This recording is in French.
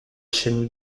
chaîne